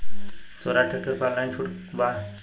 सोहराज tractor पर online छूट बा का?